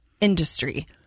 industry